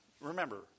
Remember